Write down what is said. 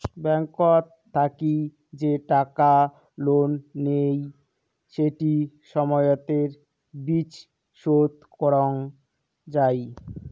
ব্যাংকত থাকি যে টাকা লোন নেই সেটি সময়তের বিচ শোধ করং যাই